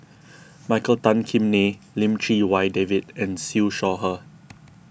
Michael Tan Kim Nei Lim Chee Wai David and Siew Shaw Her